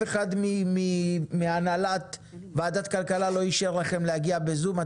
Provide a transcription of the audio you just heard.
אחד מהנהלת וועדת הכלכלה לא אישר לכם להגיע בזום.